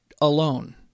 alone